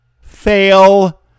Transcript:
fail